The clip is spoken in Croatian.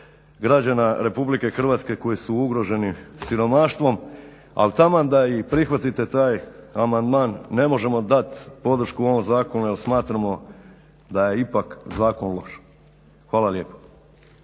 građana RH koji su ugroženi siromaštvom, ali taman da i prihvatite taj amandman ne možemo dat podršku ovom zakonu jer smatramo da je ipak zakon loš. Hvala lijepo.